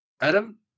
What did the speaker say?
Adam